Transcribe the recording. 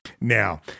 Now